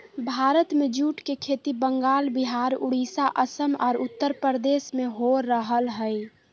भारत में जूट के खेती बंगाल, विहार, उड़ीसा, असम आर उत्तरप्रदेश में हो रहल हई